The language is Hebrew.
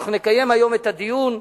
אנחנו נקיים היום את הדיון,